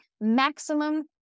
maximum